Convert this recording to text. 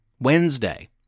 Wednesday